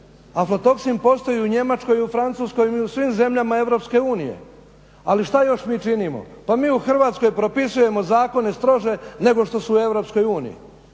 Aflotoksin postoji u Njemačkoj i u Francuskoj i u svim zemljama EU, ali što još mi činimo? Pa mi u Hrvatskoj propisujemo zakone strože nego što su u EU.